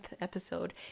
episode